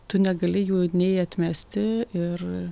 tu negali jų nei atmesti ir